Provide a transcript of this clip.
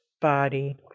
body